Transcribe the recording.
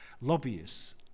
lobbyists